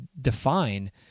define